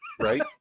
Right